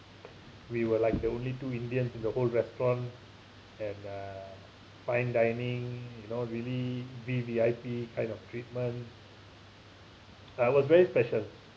we were like the only two indians in the whole restaurant and uh fine dining you know really V_V_I_P kind of treatment uh it was very special